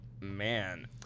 Man